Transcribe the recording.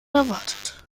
erwartet